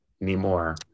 anymore